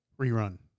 rerun